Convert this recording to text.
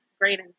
great